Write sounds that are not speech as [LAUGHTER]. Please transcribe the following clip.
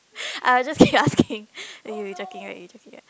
[BREATH] I'll just keep asking [LAUGHS] anyway joking you joking right you joking right